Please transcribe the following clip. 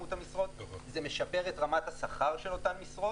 זה משפר את רמת השכר של אותן משרות.